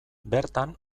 bertan